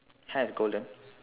hair is golden